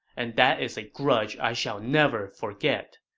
and that is a grudge i shall never forget.